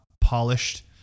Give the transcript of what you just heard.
polished